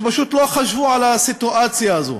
שפשוט לא חשבו על הסיטואציה הזאת,